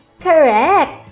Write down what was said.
Correct